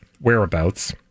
whereabouts